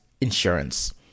insurance